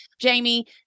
Jamie